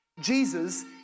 Jesus